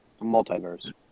Multiverse